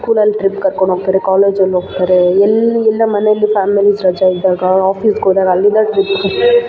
ಸ್ಕೂಲಲ್ಲಿ ಟ್ರಿಪ್ ಕರ್ಕೊಂಡೋಗ್ತಾರೆ ಕಾಲೇಜಲ್ಲೋಗ್ತಾರೆ ಎಲ್ಲಿ ಇಲ್ಲ ಮನೇಲಿ ಫ್ಯಾಮಿಲೀಸ್ ರಜೆ ಇದ್ದಾಗ ಆಫೀಸ್ಗೋದಾಗ ಅಲ್ಲಿಂದ ಟ್ರಿಪ್ ಕ